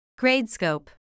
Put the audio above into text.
Gradescope